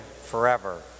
forever